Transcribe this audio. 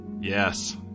Yes